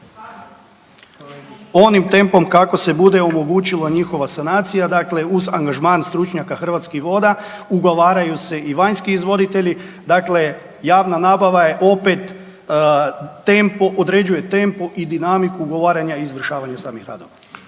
Onim tempom kako se bude omogućila njihova sanacija, dakle uz angažman stručnjaka Hrvatskih voda ugovaraju se i vanjski izvoditelji. Dakle, javna nabava je opet tempo, određuje tempo i dinamiku ugovaranja i izvršavanja samih radova.